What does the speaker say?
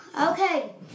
Okay